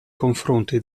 confronti